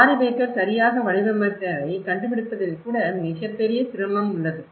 lorry Baker சரியாக வடிவமைத்ததைக் கண்டுபிடிப்பதில் கூட மிகப் பெரிய சிரமம் உள்ளது